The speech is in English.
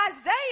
Isaiah